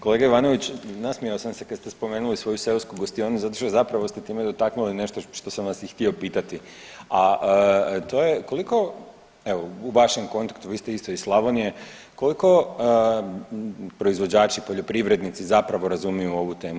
Kolega Ivanović nasmijao sam se kad ste spomenuli svoju seosku gostionu zato što zapravo ste s time dotaknuli nešto što sam vas i htio pitati, a to je je koliko, evo u vašem kontaktu, vi ste isto iz Slavonije, koliko proizvođači, poljoprivrednici zapravo razumiju ovu temu?